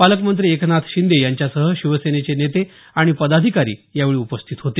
पालकमंत्री एकनाथ शिंदे यांच्यासह शिवसेनेचे नेते आणि पदाधिकारी यावेळी उपस्थित होते